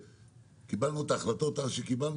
קיבלנו את ההחלטות אז שקיבלנו,